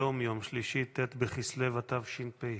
היום יום שלישי ט' בכסלו התשפ"ה,